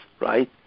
right